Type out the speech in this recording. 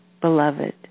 beloved